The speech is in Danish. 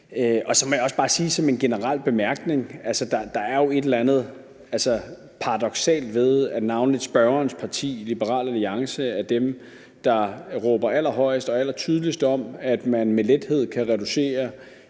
Og så må jeg også bare sige som en generel bemærkning, at der jo er et eller andet paradoksalt ved, at navnlig spørgerens parti, Liberal Alliance, er dem, der råber allerhøjest og allertydeligst op om, at man med lethed kan reducere